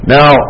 Now